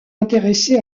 intéressée